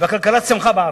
והכלכלה צמחה בארץ.